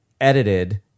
edited